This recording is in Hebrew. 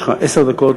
יש לך עשר דקות.